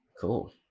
cool